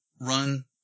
run